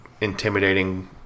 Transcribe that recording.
intimidating